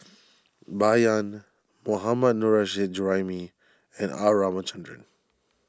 Bai Yan Mohammad Nurrasyid Juraimi and R Ramachandran